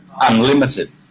unlimited